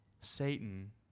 Satan